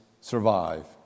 survive